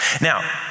Now